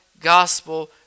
gospel